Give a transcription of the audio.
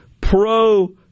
pro